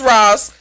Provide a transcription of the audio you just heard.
Ross